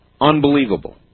unbelievable